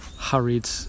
hurried